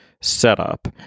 setup